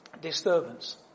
disturbance